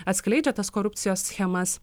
atskleidžia tas korupcijos schemas